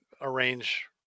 arrange